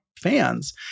fans